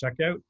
checkout